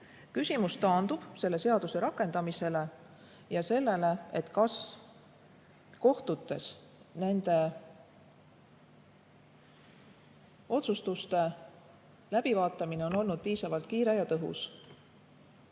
aluse. Küsimus taandub selle seaduse rakendamisele ja sellele, kas kohtutes nende otsustuste läbivaatamine on olnud piisavalt kiire ja tõhus.